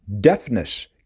Deafness